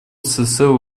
всецело